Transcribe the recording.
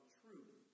truth